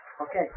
Okay